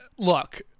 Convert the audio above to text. Look